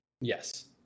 Yes